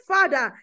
Father